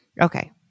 okay